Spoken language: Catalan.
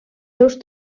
seus